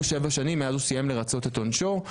שבע שנים מאז הוא סיים לרצות את עונשו,